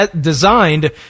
designed